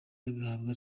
agahabwa